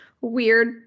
weird